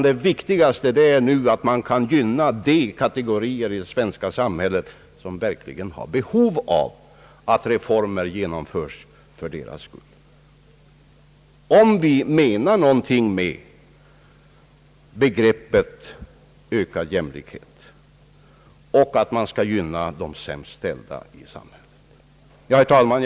Det viktigaste är nu att gynna de kategorier i det svenska samhället, som verkligen har behov av att reformer ge nomförs för deras skull, om vi menar någonting med begreppet ökad jämlikhet och vill gynna de sämst ställda i samhället. Herr talman!